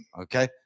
Okay